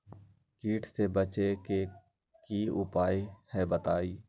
कीट से बचे के की उपाय हैं बताई?